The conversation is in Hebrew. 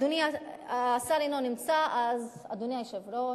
אדוני, השר אינו נמצא, אז, אדוני היושב-ראש,